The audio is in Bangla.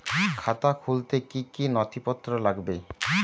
খাতা খুলতে কি কি নথিপত্র লাগবে?